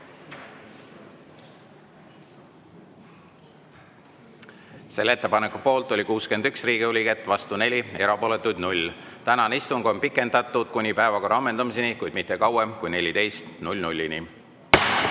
Selle ettepaneku poolt oli 61 Riigikogu liiget, vastu 4, erapooletuid 0. Tänast istungit on pikendatud kuni päevakorra ammendumiseni, kuid mitte kauem kui kella